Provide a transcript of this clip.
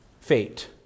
fate